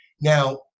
Now